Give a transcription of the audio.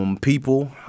People